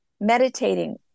meditating